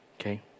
okay